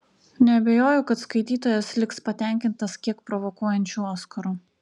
neabejoju kad skaitytojas liks patenkintas kiek provokuojančiu oskaru